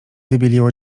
wybieliło